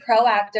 proactive